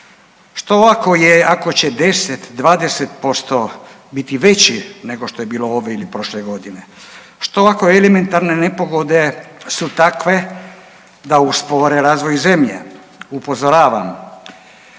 Što ako će 10, 20% biti veći nego što je bilo ove ili prošle godine? Što ako elementarne nepogode su takve da uspore razvoj zemlje? Upozoravam,